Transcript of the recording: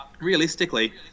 realistically